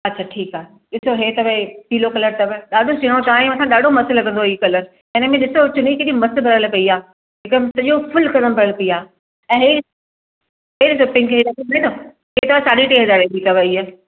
अच्छा ठीकु आहे ॾिसो ही त भई पीलो कलर अथव ॾाढो सुहिणो तव्हांजे मथां ॾाढो मस्तु लॻंदो ई कलर हिन में ॾिसो चुनी केॾी मस्त ठहियल पेई आहे हिकदमि सॼो फ़ुल हिकदमि ठहियल पेई आहे ऐं हीअ हीअ त साड़ी टे हज़ार जी अथव इहा